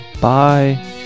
Bye